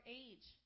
age